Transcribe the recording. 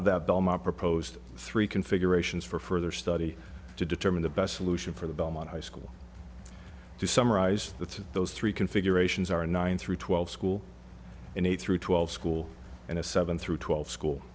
of that bill my proposed three configurations for further study to determine the best solution for the belmont high school to summarize that those three configurations are nine through twelve school and eight through twelve school and a seven through twelve school